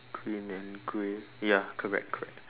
green and grey ya correct correct